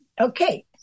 Okay